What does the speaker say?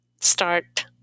start